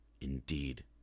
indeed